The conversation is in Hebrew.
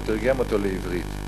והוא תרגם אותו לעברית: